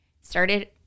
started